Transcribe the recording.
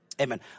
Amen